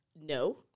No